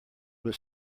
was